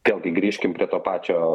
vėl gi grįžkim prie to pačio